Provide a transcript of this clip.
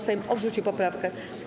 Sejm odrzucił poprawkę.